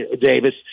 Davis